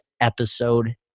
episode